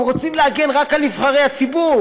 הם רוצים להגן רק על נבחרי הציבור,